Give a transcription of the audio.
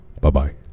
Bye-bye